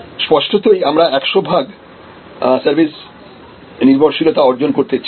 স্পষ্টতই আমরা 100 ভাগ সার্ভিস নির্ভরশীলতা অর্জন করতে চাই